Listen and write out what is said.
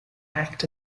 act